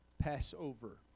Passover